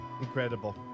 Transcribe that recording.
Incredible